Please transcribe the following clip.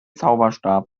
zauberstab